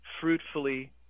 fruitfully